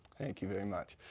thank you very much,